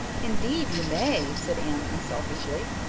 indeed you, may said anne unselfishly.